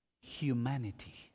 humanity